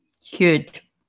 Huge